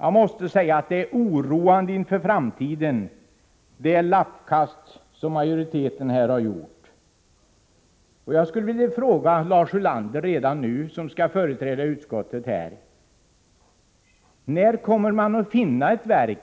Jag måste säga att det lappkast som majoriteten här har gjort är oroande för framtiden. Jag skulle redan nu vilja fråga Lars Ulander, som skall företräda utskottet i debatten: När kommer man att finna ett verk